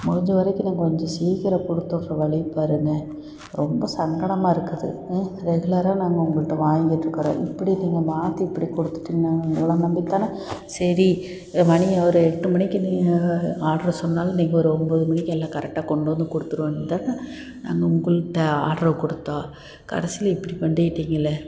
முடிஞ்ச வரைக்கும் நீங்கள் கொஞ்சம் சீக்கிரம் கொடுத்துவுட்ற வழியை பாருங்கள் ரொம்ப சங்கடமாக இருக்குது ரெகுலராக நாங்கள் உங்கள்ட்ட வாங்கிட்டுருக்குறோம் இப்படி நீங்கள் மாற்றி இப்படி கொடுத்துட்டிங் நாங்கள் உங்களை நம்பித்தானே சரி மணி ஒரு எட்டு மணிக்கு நீங்கள் ஆட்ரை சொன்னாலும் நீங்கள் ஒரு ஒம்பது மணிக்கு எல்லாம் கரெக்டாக கொண்டு வந்து கொடுத்துடுவீங்க தானே நாங்கள் உங்கள்கிட்ட ஆட்ரை கொடுத்தோம் கடைசியில் இப்படி பண்ணிவிட்டீங்களே